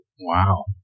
Wow